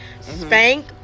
Spank